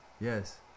Yes